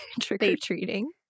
trick-or-treating